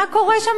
מה קורה שם,